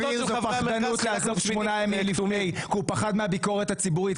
זאת פחדנות לעזוב שמונה ימים לפני כי הוא פחד מהביקורת הציבורית.